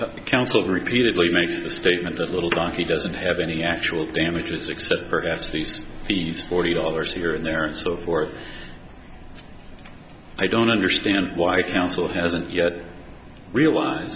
counsel repeatedly makes the statement that little guy he doesn't have any actual damages except perhaps these fees forty dollars here and there and so forth i don't understand why counsel hasn't yet realize